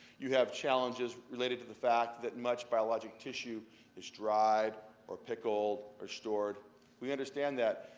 you have challenges related to the fact that much biologic tissue is dried, or pickled, or stored we understand that.